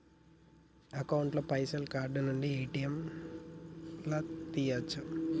Account ల పైసల్ card నుండి ఏ.టి.ఎమ్ లా తియ్యచ్చా?